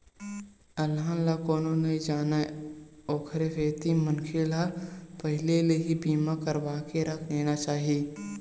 अलहन ला कोनो नइ जानय ओखरे सेती मनखे ल पहिली ले ही बीमा करवाके रख लेना चाही